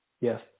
Yes